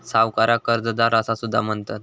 सावकाराक कर्जदार असा सुद्धा म्हणतत